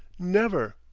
never!